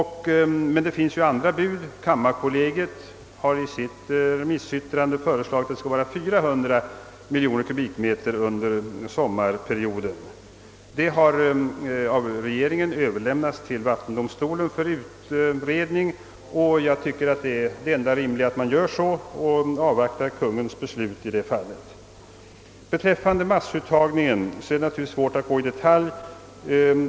Men det finns även andra bud. Kammarkollegiet har i sitt remissyttrande föreslagit 400 miljoner m? under sommarperioden. Denna fråga har av regeringen överlämnats till vattendomstolen för utredning. Jag tycker också att det enda rimliga tillvägagångssättet är att man gör så och avvaktar Konungens beslut. Vad massuttagen beträffar är det naturligtvis svårt att gå i detalj.